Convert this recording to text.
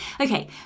Okay